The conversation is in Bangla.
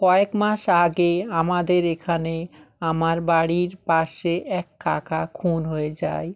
কয়েক মাস আগে আমাদের এখানে আমার বাড়ির পাশে এক কাকা খুন হয়ে যায়